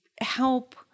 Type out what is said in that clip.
help